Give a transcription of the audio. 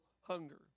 hunger